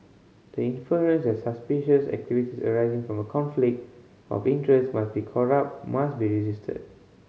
the inference that suspicious activities arising from a conflict of interest must be corrupt must be resisted